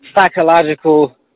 psychological